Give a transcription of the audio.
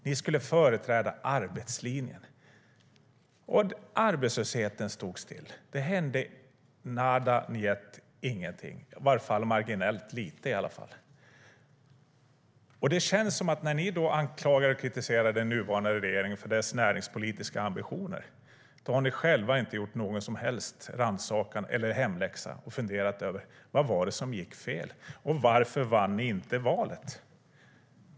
Ni skulle företräda arbetslinjen, och arbetslösheten stod still. Det hände nada, njet och ingenting - i alla fall marginellt lite. När ni anklagar och kritiserar den nuvarande regeringen för dess näringspolitiska ambitioner känns det som att ni inte har gjort någon som helst självrannsakan eller hemläxa. Ni har inte funderat över vad det var som gick fel och varför ni inte vann valet.